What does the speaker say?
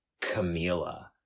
Camila